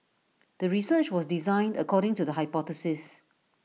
the research was designed according to the hypothesis